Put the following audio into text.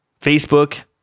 Facebook